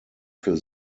für